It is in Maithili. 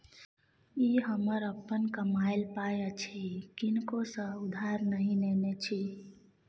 ई हमर अपन कमायल पाय अछि किनको सँ उधार नहि नेने छी